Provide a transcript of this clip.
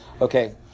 Okay